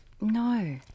No